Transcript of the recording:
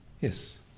Yes